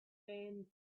been